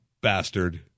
bastard